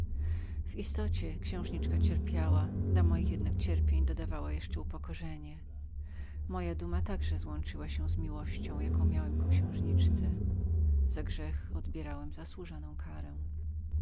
w istocie księżniczka cierpiała do moich jednak cierpień dodawała jeszcze upokorzenie z mojej strony duma także złączyła się z miłością jaką miałem ku księżniczce za grzech odbierałem zasłużoną karę